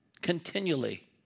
continually